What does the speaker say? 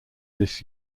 this